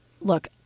Look